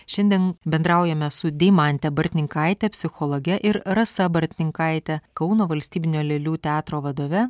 šiandien bendraujame su deimante bartninkaite psichologe ir rasa bartninkaite kauno valstybinio lėlių teatro vadove